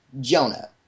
Jonah